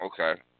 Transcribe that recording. Okay